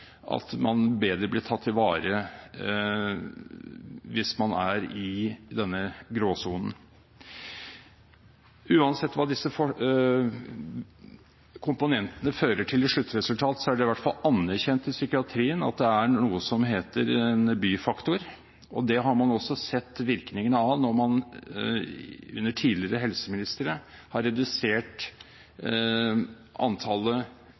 at man blir bedre tatt vare på hvis man er i denne gråsonen. Uansett hva disse komponentene fører til av sluttresultat, er det i hvert fall anerkjent i psykiatrien at det er noe som heter en storbyfaktor. Det har man også sett virkningen av når man under tidligere helseministre har redusert antallet